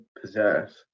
possess